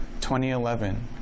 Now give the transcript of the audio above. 2011